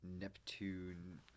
Neptune